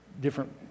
different